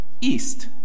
east